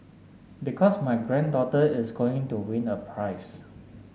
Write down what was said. because my granddaughter is going to win a prize